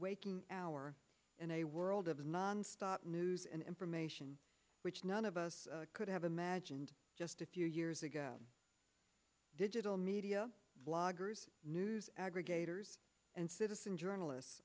waking hour in a world of nonstop news and information which none of us could have imagined just a few years ago digital media bloggers news aggregators and citizen journalists